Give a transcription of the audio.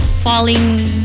falling